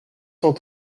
cent